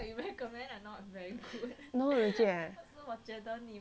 no legit eh